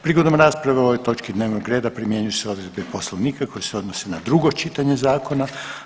Prigodom rasprave o ovoj točki dnevnog reda primjenjuju se odredbe Poslovnika koje se odnose na drugo čitanje zakona.